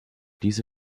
diese